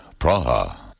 Praha